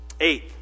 Eight